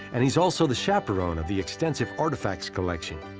and he's also the chaperone of the extensive artifacts collection.